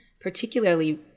particularly